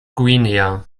guinea